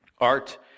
Art